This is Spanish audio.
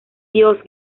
dios